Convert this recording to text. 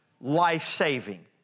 life-saving